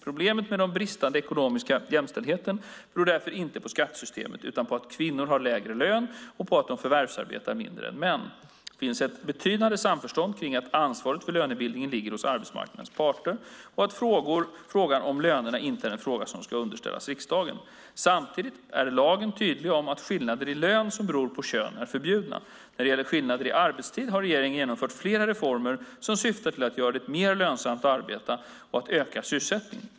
Problemet med den bristande ekonomiska jämställdheten beror därför inte på skattesystemet utan på att kvinnor har lägre lön och på att de förvärvsarbetar mindre än män. Det finns ett betydande samförstånd kring att ansvaret för lönebildningen ligger hos arbetsmarknadens parter och att frågan om lönerna inte är en fråga som ska underställas riksdagen. Samtidigt är lagen tydlig om att skillnader i lön som beror på kön är förbjudna. När det gäller skillnader i arbetstid har regeringen genomfört flera reformer som syftar till att göra det mer lönsamt att arbeta och att öka sysselsättningen.